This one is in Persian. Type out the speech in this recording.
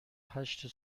هشت